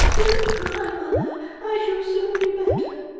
don't cry, mother, i shall soon be better